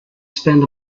spend